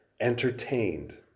entertained